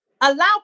Allow